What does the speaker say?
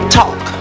talk